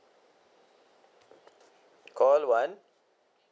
call one